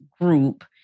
group